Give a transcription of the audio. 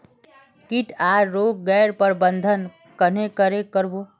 किट आर रोग गैर प्रबंधन कन्हे करे कर बो?